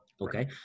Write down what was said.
Okay